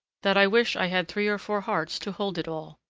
that i wish i had three or four hearts to hold it all.